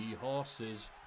horses